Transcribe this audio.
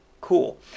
cool